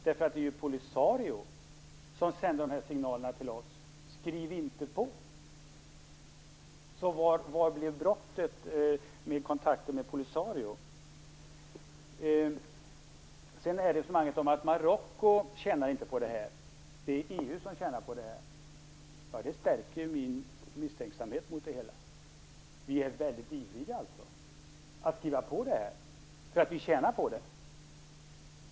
Det är ju Polisario som sänder dessa signaler till oss: Skriv inte på. Var blev brottet i kontakterna med Polisario? Resonemanget om att det inte är Marocko, utan EU som tjänar på detta stärker min misstänksamhet mot det hela. Vi är alltså väldigt ivriga att skriva på därför att vi tjänar på det.